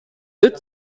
good